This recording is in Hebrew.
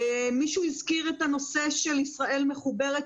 מישהו הזכיר את הנושא של "ישראל מחוברת",